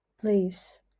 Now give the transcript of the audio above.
Please